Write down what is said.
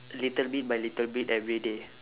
little bit by little bit everyday